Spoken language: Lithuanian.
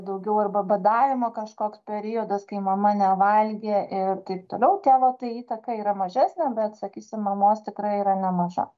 daugiau arba badavimo kažkoks periodas kai mama nevalgė ir taip toliau tėvo ta įtaka yra mažesnė bet sakysim mamos tikrai yra nemaža